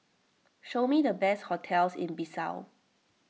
show me the best hotels in Bissau